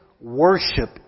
worship